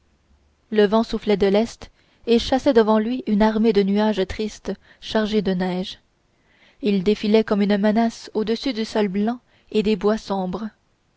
le vent soufflait de l'est et chassait devant lui une armée de nuages tristes chargés de neige ils défilaient comme une menace au-dessus du sol blanc et des bois